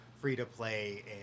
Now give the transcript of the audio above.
free-to-play